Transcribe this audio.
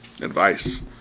advice